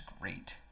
great